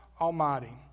Almighty